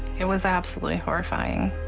it was absolutely horrifying.